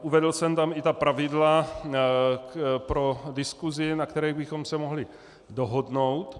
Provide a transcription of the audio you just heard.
Uvedl jsem tam i ta pravidla pro diskusi, na kterých bychom se mohli dohodnout.